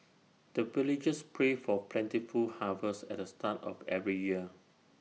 the villagers pray for plentiful harvest at the start of every year